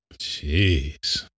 Jeez